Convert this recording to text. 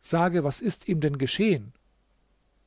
sage was ist ihm denn geschehen